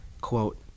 Quote